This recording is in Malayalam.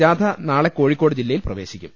ജാഥ നാളെ കോഴിക്കോട് ജില്ലയിൽ പ്രവേ ശിക്കും